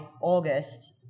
August